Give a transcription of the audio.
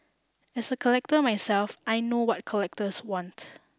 as a collector myself I know what collectors want